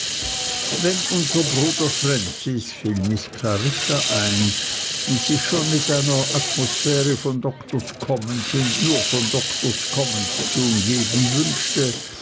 wenn unser bruder francis fiel miß clarissa ein sich schon mit einer atmosphäre von doktors commons und nur von doktors commons zu umgeben wünschte